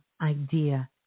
idea